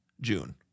June